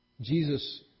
Jesus